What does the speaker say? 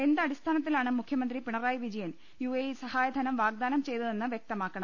എന്തടിസ്ഥാനത്തിലാണ് മുഖ്യമന്ത്രി പിണറായി വിജയൻ യുഎഇ സഹായധനം വാഗ്ദാനം ചെയ്തതെന്ന് ് വ്യക്തമാക്കണം